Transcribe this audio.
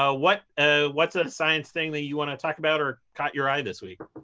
ah what's ah what's a science thing that you want to talk about or caught your eye this week?